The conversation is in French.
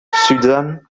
suzanne